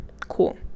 Cool